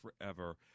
forever